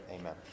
amen